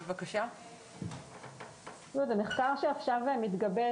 זה מחקר שעכשיו מתגבש,